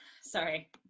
Sorry